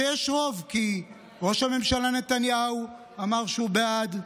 זה יש רוב, כי ראש הממשלה נתניהו אמר שהוא בעד,